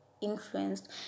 influenced